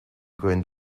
going